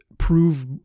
Prove